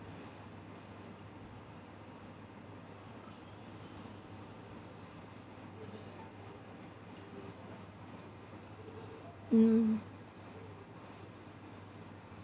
mm